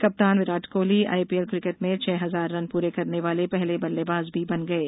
कप्तान Kohli IPL cricket में छह हजार रन पूरे करने वाले पहले बल्लेबाज भी बन गये